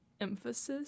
emphasis